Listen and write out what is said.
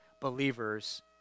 believers